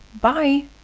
bye